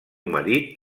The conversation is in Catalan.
marit